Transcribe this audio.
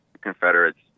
confederates